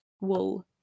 wool